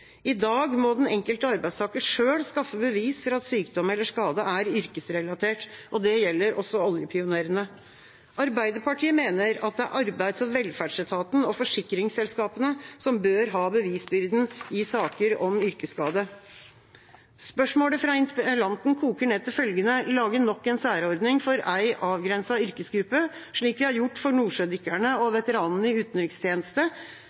i yrkesskadesaker? I dag må den enkelte arbeidstaker selv skaffe bevis for at sykdom eller skade er yrkesrelatert. Det gjelder også oljepionerene. Arbeiderpartiet mener at det er arbeids- og velferdsetaten og forsikringsselskapene som bør ha bevisbyrden i saker om yrkesskade. Spørsmålet fra interpellanten koker ned til følgende: å lage nok en særordning for en avgrenset yrkesgruppe, slik vi har gjort for nordsjødykkerne og